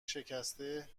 شکسته